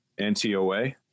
NTOA